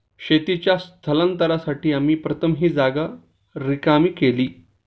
शेतीच्या स्थलांतरासाठी आम्ही प्रथम ही जागा रिकामी केली